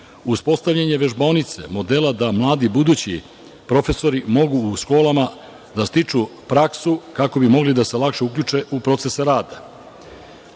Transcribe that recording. Uspostavljanje vežbaonice, modela da mladi budući profesori mogu u školama da stiču praksu kako bi mogli lakše da se uključe u proces rada.